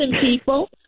people